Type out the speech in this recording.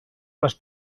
les